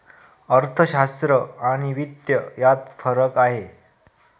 अर्थशास्त्र आणि वित्त यात काय फरक आहे